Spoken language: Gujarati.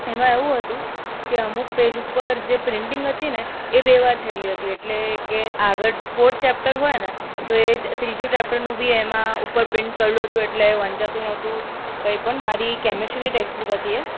એમાં એવું હતું કે અમુક પેજ ઉપર જે પ્રિન્ટિંગ હતીને એ બે વાર થયેલી હતી એટલે કે આગળ ફોર્થ ચેપ્ટર હોયને તો એ ત્રીજું ચેપ્ટરનું બી એમાં ઉપર પ્રિન્ટ કરેલું હતું એટલે એ વંચાતું નહોતું કંઈ પણ મારી કેમેસ્ટ્રીની ટેક્સબુક હતી એ